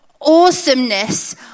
awesomeness